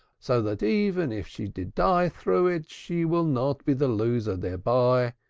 so that even if she did die through it, she will not be the loser thereby.